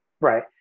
Right